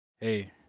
hey